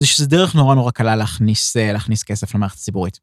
זה שזה דרך נורא נורא קלה להכניס כסף למערכת ציבורית.